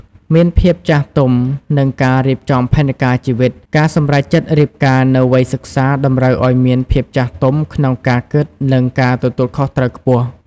មានភាពចាស់ទុំ និងការរៀបចំផែនការជីវិត ការសម្រេចចិត្តរៀបការនៅវ័យសិក្សាតម្រូវឱ្យមានភាពចាស់ទុំក្នុងការគិត និងការទទួលខុសត្រូវខ្ពស់។